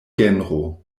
genro